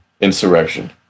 Insurrection